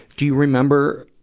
do you remember,